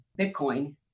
Bitcoin